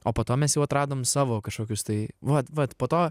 o po to mes jau atradom savo kažkokius tai vat vat po to